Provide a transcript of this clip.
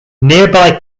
nearby